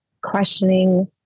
questioning